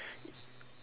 like it